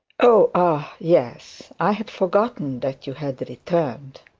oh, ah, yes. i had forgotten that you had returned